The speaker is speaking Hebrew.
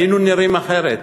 היינו נראים אחרת.